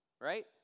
right